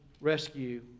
rescue